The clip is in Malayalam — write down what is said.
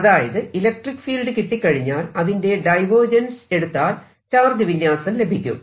അതായത് ഇലക്ട്രിക്ക് ഫീൽഡ് കിട്ടിക്കഴിഞ്ഞാൽ അതിന്റെ ഡൈവേർജെൻസ് എടുത്താൽ ചാർജ് വിന്യാസം ലഭിക്കും